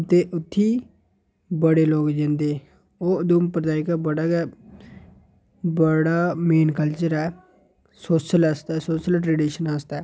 ते उत्थें बड़े लोक जंदे ओह् उधमपुर दा जेह्का बड़ा गै बड़ा मेन कल्चर ऐ सोशल आस्तै सोशल ट्रडीशन आस्तै